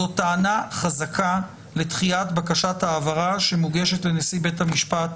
זאת טענה חזקה לדחיית הגשת העברה שמוגשת לנשיא בתי המשפט